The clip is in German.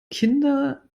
kinder